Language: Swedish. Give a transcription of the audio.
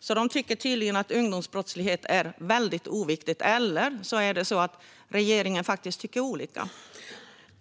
så de tycker tydligen att ungdomsbrottslighet är oviktigt. Eller också är det så att regeringspartierna tycker olika.